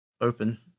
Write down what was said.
open